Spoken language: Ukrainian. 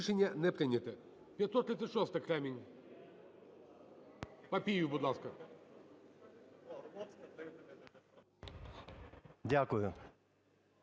Дякую.